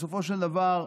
בסופו של דבר,